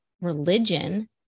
religion